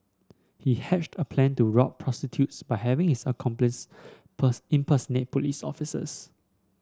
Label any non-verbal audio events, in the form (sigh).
he hatched a plan to rob prostitutes by having his accomplices (unintelligible) impersonate police officers